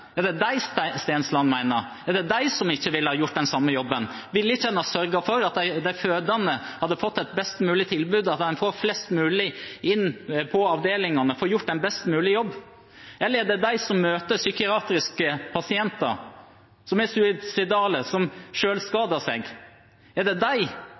Er det dem Stensland mener? Er det de som ikke ville ha gjort den samme jobben? Ville de ikke ha sørget for at de fødende hadde fått et best mulig tilbud, at en hadde fått flest mulig inn på avdelingene, at en hadde fått gjort en best mulig jobb? Eller er det de som møter psykiatriske pasienter som er suicidale, og som skader seg selv? Er det de